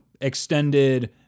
extended